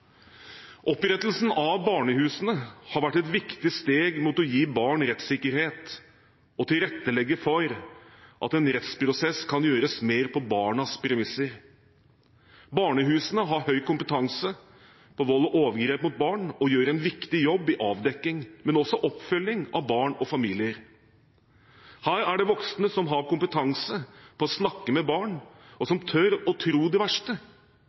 Opprettelsen av barnehusene har vært et viktig steg mot å gi barn rettssikkerhet og tilrettelegge for at en rettsprosess kan gjøres mer på barnas premisser. Barnehusene har høy kompetanse om vold og overgrep mot barn og gjør en viktig jobb i avdekking – og også oppfølging – av barn og familier. Her er det voksne som har kompetanse i å snakke med barn, og som tør å tro det verste,